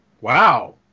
Wow